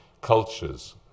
Cultures